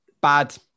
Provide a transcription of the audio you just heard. bad